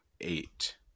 eight